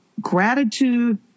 gratitude